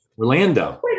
Orlando